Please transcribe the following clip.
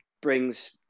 brings